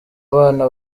abana